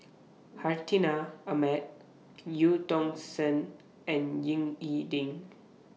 Hartinah Ahmad EU Tong Sen and Ying E Ding